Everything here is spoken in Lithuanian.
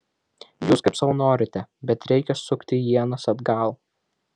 jūs kaip sau norite bet reikia sukti ienas atgal